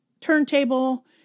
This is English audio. turntable